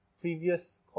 previous